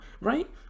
right